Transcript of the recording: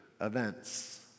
events